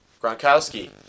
Gronkowski